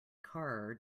car